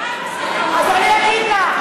אז אני אגיד לך,